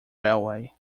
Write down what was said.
railway